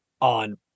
on